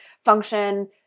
function